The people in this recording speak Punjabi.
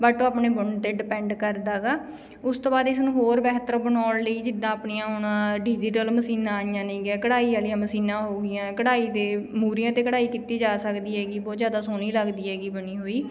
ਬਟ ਆਪਣੇ ਬੁਣਨ 'ਤੇ ਡਿਪੈਂਡ ਕਰਦਾ ਗਾ ਉਸ ਤੋਂ ਬਾਅਦ ਇਸ ਨੂੰ ਹੋਰ ਬਿਹਤਰ ਬਣਾਉਣ ਲਈ ਜਿੱਦਾਂ ਆਪਣੀਆਂ ਹੁਣ ਡਿਜੀਟਲ ਮਸ਼ੀਨਾਂ ਆਈਆਂ ਨੇਗੀਆ ਕਢਾਈ ਵਾਲੀਆਂ ਮਸ਼ੀਨਾਂ ਹੋ ਗਈਆਂ ਕਢਾਈ ਦੇ ਮੂਹਰੀਆ 'ਤੇ ਕਢਾਈ ਕੀਤੀ ਜਾ ਸਕਦੀ ਹੈਗੀ ਬਹੁਤ ਜ਼ਿਆਦਾ ਸੋਹਣੀ ਲੱਗਦੀ ਹੈਗੀ ਬਣੀ ਹੋਈ